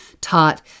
taught